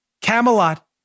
Camelot